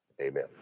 amen